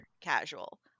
casual